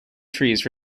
trees